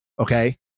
okay